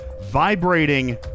vibrating